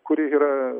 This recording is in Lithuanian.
kuri yra